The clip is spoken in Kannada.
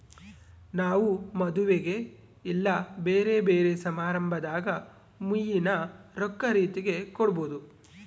ನಾವು ಮದುವೆಗ ಇಲ್ಲ ಬ್ಯೆರೆ ಬ್ಯೆರೆ ಸಮಾರಂಭದಾಗ ಮುಯ್ಯಿನ ರೊಕ್ಕ ರೀತೆಗ ಕೊಡಬೊದು